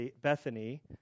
Bethany